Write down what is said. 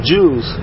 Jews